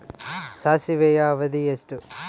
ಸಾಸಿವೆಯ ಅವಧಿ ಎಷ್ಟು?